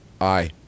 Aye